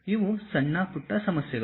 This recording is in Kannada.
ಇವು ಸಣ್ಣಪುಟ್ಟ ಸಮಸ್ಯೆಗಳು